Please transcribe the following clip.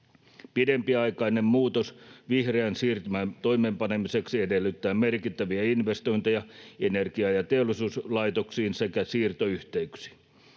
Pidempiaikainen muutos vihreän siirtymän toimeenpanemiseksi edellyttää merkittäviä investointeja energia- ja teollisuuslaitoksiin sekä siirtoyhteyksiin.